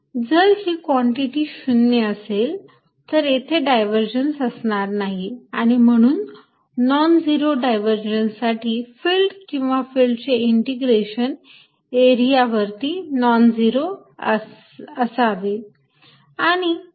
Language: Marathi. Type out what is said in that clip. जर ही कॉन्टिटी 0 असेल तर तेथे डायव्हर्जन्स असणार नाही आणि म्हणून नॉन झिरो डायव्हर्जन्स साठी फिल्ड किंवा फिल्डचे इंटिग्रेशन एरियावरती नॉन झिरो असावे